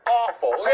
awful